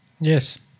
Yes